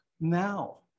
now